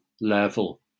level